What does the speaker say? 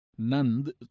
Nand